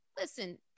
Listen